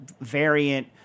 variant